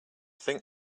think